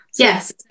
Yes